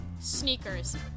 Sneakers